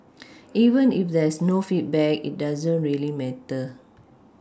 even if there's no feedback it doesn't really matter